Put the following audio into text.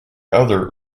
other